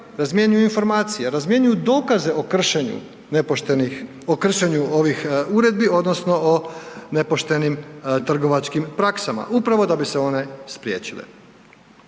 razmjenjuju dokaze o kršenju nepoštenih, o kršenju ovih uredbi odnosno o nepoštenim trgovačkim praksama upravo da bi se one spriječile.